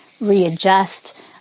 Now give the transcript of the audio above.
readjust